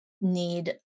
need